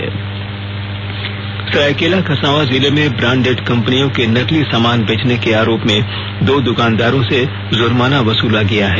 सामान जब्त सरायकेला खरसावां जिले में बांडेड कंपनियों के नकली सामान बेचने के आरोप में दो दुकानदारों से जुर्माना वसूला गया है